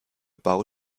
bau